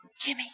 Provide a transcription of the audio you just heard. Jimmy